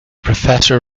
professor